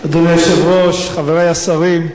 אדוני היושב-ראש, חברי השרים,